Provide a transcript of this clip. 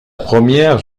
première